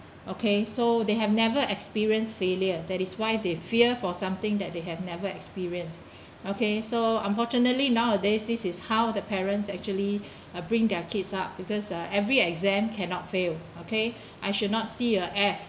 okay so they have never experienced failure that is why they fear for something that they have never experienced okay so unfortunately nowadays this is how the parents actually uh bring their kids up because uh every exam cannot fail okay I should not see a F